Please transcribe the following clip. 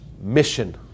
mission